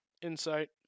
Insight